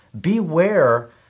beware